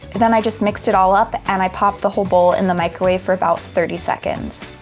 then i just mixed it all up, and i popped the whole bowl in the microwave for about thirty seconds.